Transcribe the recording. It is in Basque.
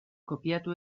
kopiatu